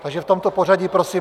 Takže v tomto pořadí prosím.